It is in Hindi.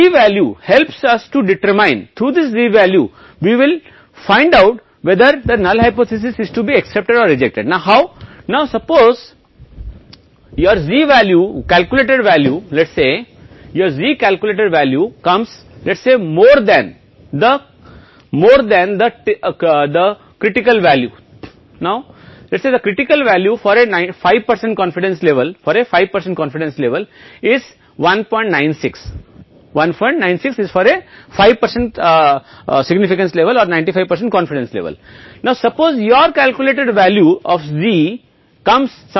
Z का यह मान तय करना है कि यह उस दिशा पर निर्भर करता है उदाहरण के मामले में 95 लेकिन दो तरफ तो यह 196 है मान लीजिए आपको एक तरफ फैलाना है चलो इस तरह से इस 95 की तरह कुछ कहते हैं तो यह 05 एक तरफ है जो कुछ भी नहीं है यहाँ इस मामले में यह 196 है लेकिन मान लीजिए कि यह 196 है लेकिन मान लीजिए कि यह दो में फैला हुआ है वह पक्ष जो 025 है लेकिन 95 पर मान z अब 196 हो गया है इसलिए आपको यह जानना होगा कि क्या है परीक्षण की दिशा और z मान के अनुसार बदल जाएगा और उसी के अनुसार आपको गणना करनी होगी क्या आपकी परिकल्पना को स्वीकार किया जाना है या अस्वीकार किया जाना ठीक है जैसा कि मैंने कहा